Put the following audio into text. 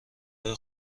های